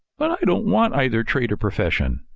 but i don't want either trade or profession.